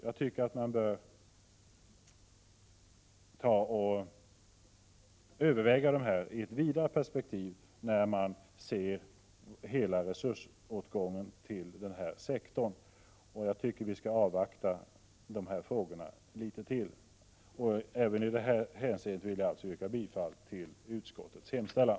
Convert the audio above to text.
Jag tycker att man bör överväga de frågorna i ett större sammanhang när man ser hela resursåtgången till den sektorn. Jag tycker alltså att vi skall avvakta litet till. Även i det hänseendet vill jag således yrka bifall till utskottets hemställan.